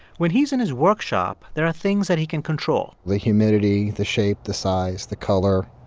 when he's in his workshop, there are things that he can control the humidity, the shape, the size, the color,